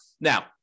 Now